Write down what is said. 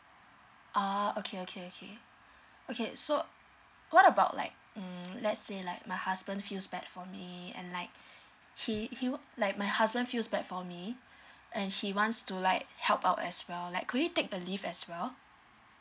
uh okay okay okay okay so what about like mm let's say like my husband feels bad for me and like he he wor~ like my husband feels bad for me and he wants to like help out as well like could he take a leave as well